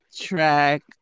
track